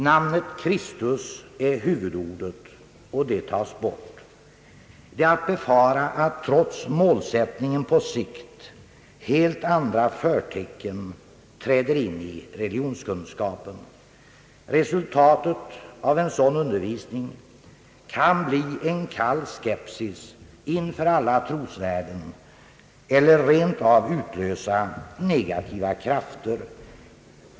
Namnet Kristus är huvudordet, och det tas bort. Det är att befara att trots målsättningen på sikt helt andra förtecken träder in i religionskunskapen. Resultatet av en sådan undervisning kan bli en kall skepsis inför alla trosvärden, eller rent av utlösa negativa krafter.